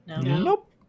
Nope